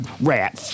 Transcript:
Rat